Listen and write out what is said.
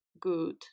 good